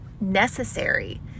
necessary